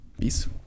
Peace